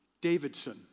Davidson